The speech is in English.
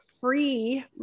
free